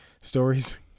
stories